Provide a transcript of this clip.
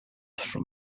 from